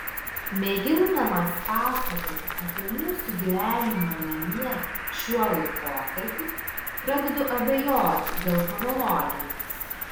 mėgindamas pasakoti apie mūsų gyvenimą namie šiuo laikotarpiu pradedu abejoti dėl chronologijos